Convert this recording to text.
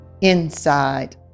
inside